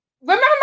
Remember